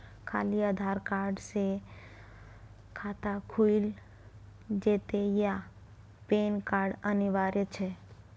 खाली आधार कार्ड स खाता खुईल जेतै या पेन कार्ड अनिवार्य छै?